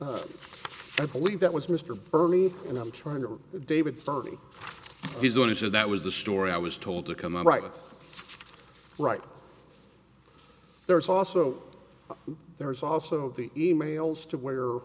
i believe that was mr burley and i'm trying to david thirty he's going to say that was the story i was told to come out right right there's also there's also the e mails to where